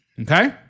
Okay